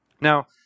Now